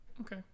Okay